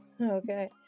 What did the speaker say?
Okay